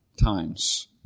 times